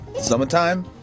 Summertime